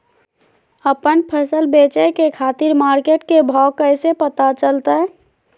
आपन फसल बेचे के खातिर मार्केट के भाव कैसे पता चलतय?